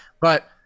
But-